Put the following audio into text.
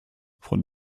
von